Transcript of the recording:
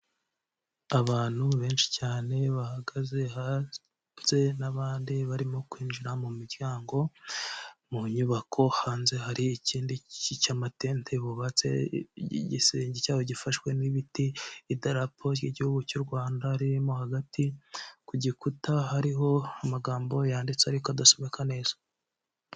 Abantu benshi cyane bahagaze hanze n'abandi barimo kwinjira mu miryango mu nyubako, hanze hari ikindi cy'amatente bubatse, igisenge cyaho gifashwe n'ibiti, idarapo ry'igihugu cy'u Rwanda ririmo hagati, ku gikuta hariho amagambo yanditse ariko adasomeka neza.